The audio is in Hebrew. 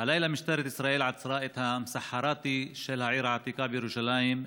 הלילה משטרת ישראל עצרה את המסחראתי של העיר העתיקה בירושלים,